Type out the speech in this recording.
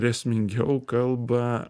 grėsmingiau kalba